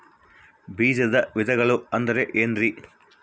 ಬೇಜದ ವಿಧಗಳು ಅಂದ್ರೆ ಏನ್ರಿ?